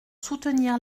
soutenir